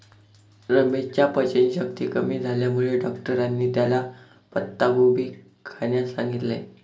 रमेशच्या पचनशक्ती कमी झाल्यामुळे डॉक्टरांनी त्याला पत्ताकोबी खाण्यास सांगितलं